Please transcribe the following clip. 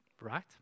Right